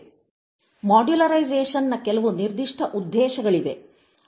ಮಾಡ್ಯುಲರೈಸೇಶನ್ನ ಕೆಲವು ನಿರ್ದಿಷ್ಟ ಉದ್ದೇಶಗಳಿವೆ